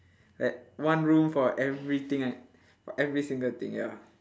like one room for everything uh for every single thing ya